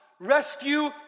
Rescue